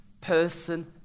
person